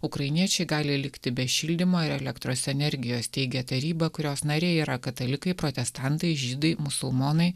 ukrainiečiai gali likti be šildymo ir elektros energijos teigia taryba kurios nariai yra katalikai protestantai žydai musulmonai